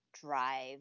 drive